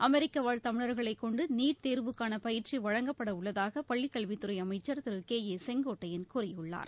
அமெரிக்க வாழ் தமிழர்களை கொண்டு நீட் தேர்வுக்கான பயிற்சி வழங்கப்படவுள்ளதாக பள்ளிக் கல்வித் துறை அமைச்சர் திரு கே ஏ செங்கோட்டையன் கூறியுள்ளார்